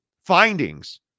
findings